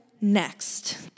next